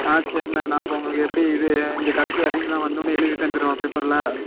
ஆ சேரிண நான் அப்போ உங்களுக்கு எப்படி இது இங்கே கடைக்கு வர்றிங்களா வந்தோடனே எழுதி தந்துடவா பேப்பரில்